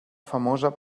famosa